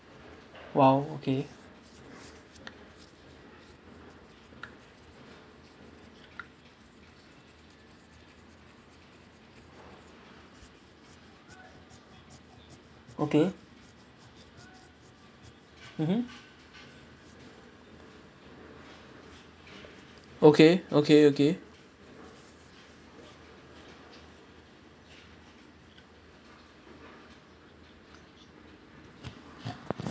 >B? !wow! okay okay mmhmm okay okay okay